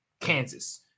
Kansas